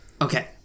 Okay